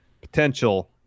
potential